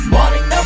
Morning